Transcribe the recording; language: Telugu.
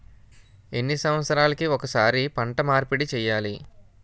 ఎన్ని సంవత్సరాలకి ఒక్కసారి పంట మార్పిడి చేయాలి?